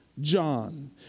John